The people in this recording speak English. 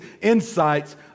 insights